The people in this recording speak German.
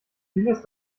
vieles